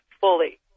fully